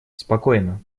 спокойно